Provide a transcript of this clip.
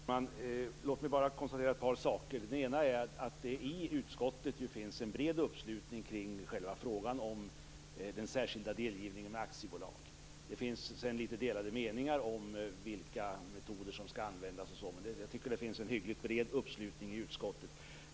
Fru talman! Låt mig bara konstatera ett par saker. Den ena är att det i utskottet finns en bred uppslutning kring själva frågan om den särskilda delgivningen med aktiebolag. Det finns sedan litet delade meningar om vilka metoder som skall användas osv., men jag tycker att det finns en hyggligt bred uppslutning i utskottet.